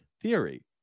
theory